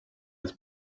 des